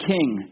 king